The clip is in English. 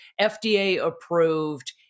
FDA-approved